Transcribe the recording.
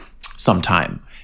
sometime